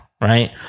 right